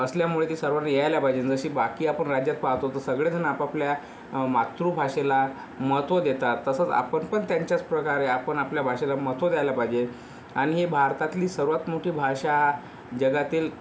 असल्यामुळे ती सर्वांना यायला पाहिजे जशी बाकी आपण राज्यात पाहतो तर सगळेजण आपापल्या मातृभाषेला महत्त्व देतात तसंच आपण पण त्यांच्याच प्रकारे आपण आपल्या भाषेला महत्त्व द्यायला पाहिजे आणि ही भारतातली सर्वात मोठी भाषा जगातील